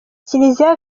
kiliziya